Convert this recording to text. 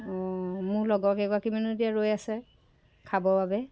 অ' মোৰ লগৰ কেইগৰাকীমান এতিয়া ৰৈ আছে খাবৰ বাবে